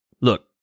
Look